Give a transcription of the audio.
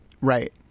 Right